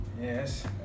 yes